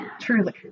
Truly